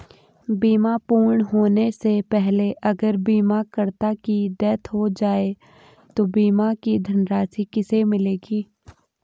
बीमा पूर्ण होने से पहले अगर बीमा करता की डेथ हो जाए तो बीमा की धनराशि किसे मिलेगी?